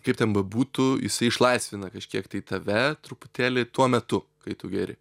kaip ten bebūtų jisai išlaisvina kažkiek tai tave truputėlį tuo metu kai tu geri